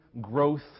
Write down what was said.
growth